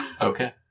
Okay